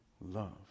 love